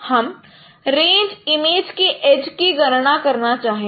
हम range image के edge की गणना करना चाहेंगे